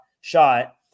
shot